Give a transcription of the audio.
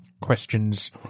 questions